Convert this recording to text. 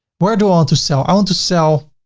where do i want to sell. i want to sell